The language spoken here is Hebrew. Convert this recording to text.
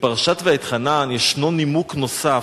בפרשת ואתחנן ישנו נימוק נוסף: